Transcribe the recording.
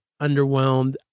underwhelmed